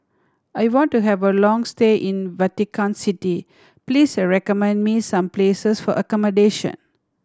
I want to have a long stay in Vatican City Please recommend me some places for accommodation